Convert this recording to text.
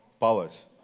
powers